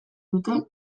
dute